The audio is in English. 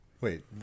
wait